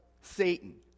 Satan